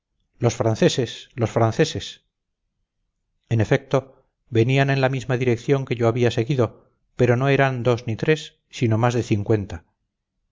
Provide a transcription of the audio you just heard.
en efecto venían en la misma dirección que yo había seguido pero no eran dos ni tres sino más de cincuenta